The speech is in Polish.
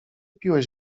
piłeś